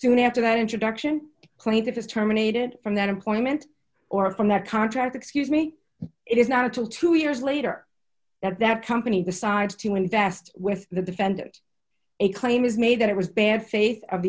soon after that introduction claimed that is terminated from that employment or from that contract excuse me it is not until two years later that that company decides to invest with the defendant a claim is made that it was bad faith of